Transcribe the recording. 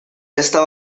esta